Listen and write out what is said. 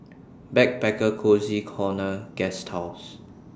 Backpacker Cozy Corner Guesthouse